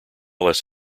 less